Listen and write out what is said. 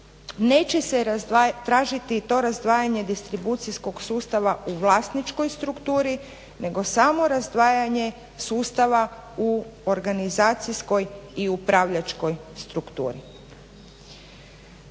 neće se tražiti to razdvajanje distribucijskog sustava u vlasničkoj strukturi, nego samo razdvajanje sustava u organizacijskoj i upravljačkoj strukturi.